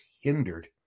hindered